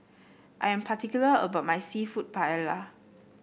I am particular about my seafood Paella